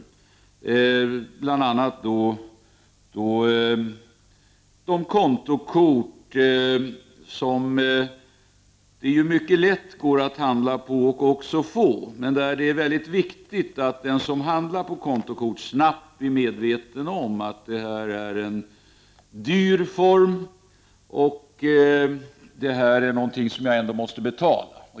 Det gällde bl.a. kontokort, som det är mycket lätt att få och att handla på, men det är viktigt att den som handlar är medveten om att det är en dyr form och att det är någonting som måste betalas.